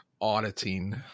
auditing